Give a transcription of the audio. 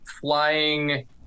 flying